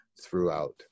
throughout